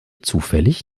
zufällig